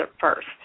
first